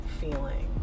feeling